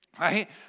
right